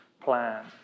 plan